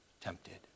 tempted